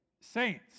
Saints